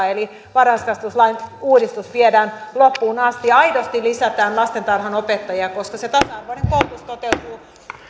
eli varhaiskasvatuslain uudistus viedään loppuun asti ja aidosti lisätään lastentarhanopettajia koska se tasa arvoinen koulutus toteutuu